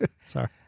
Sorry